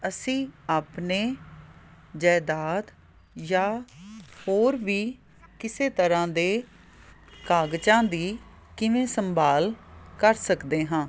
ਅਸੀਂ ਆਪਣੇ ਜਾਇਦਾਦ ਜਾਂ ਹੋਰ ਵੀ ਕਿਸੇ ਤਰ੍ਹਾਂ ਦੇ ਕਾਗਜ਼ਾਂ ਦੀ ਕਿਵੇਂ ਸੰਭਾਲ ਕਰ ਸਕਦੇ ਹਾਂ